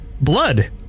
blood